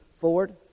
forward